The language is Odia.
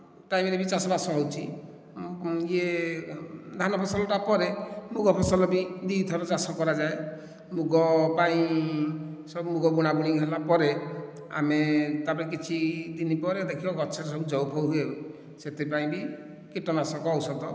ଟାଇମ ରେ ବି ଚାଷ ବାସ ହଉଛି ଏହି ଧାନ ଫସଲ ପରେ ମୁଗ ଫସଲ ବି ଦୁଇ ଥର ଚାଷ କରାଯାଏ ମୁଗ ପାଇଁ ସବୁ ମୁଗ ବୁଣା ବୁଣି ହେଲା ପରେ ଆମେ ତା ପରେ କିଛିଦିନ ପରେ ଦେଖିବ ଗଛ ସବୁ ଜଉ ପୋକ ହୁଏ ସେଥି ପାଇଁ ବି କୀଟ ନାଶକ ଔଷଧ